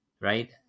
right